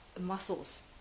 muscles